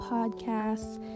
Podcasts